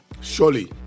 surely